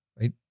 right